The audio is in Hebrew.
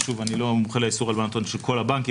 שוב אני לא מומחה לאיסור הלבנת הון של כל הבנקים,